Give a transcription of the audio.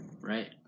Right